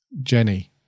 Jenny